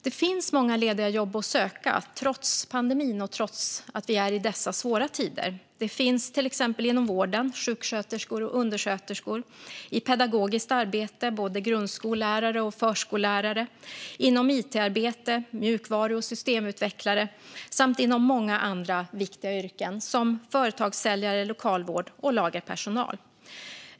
Det finns många lediga jobb att söka, trots pandemin och trots att vi är i dessa svåra tider. Det finns till exempel inom vården, sjuksköterskor och undersköterskor, och i pedagogiskt arbete, både grundskollärare och förskollärare. Det finns inom it-arbete, som mjukvaru och systemutvecklare, samt inom många andra viktiga yrken, som företagssäljare, lokalvård och lagerpersonal.